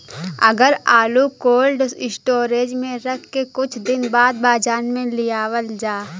अगर आलू cold storage में रख के कुछ दिन बाद बाजार में लियावल जा?